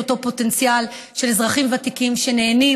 אותו פוטנציאל של אזרחים ותיקים שנהנים.